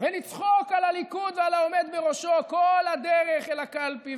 ולצחוק על הליכוד ועל העומד בראשו כל הדרך אל הקלפי,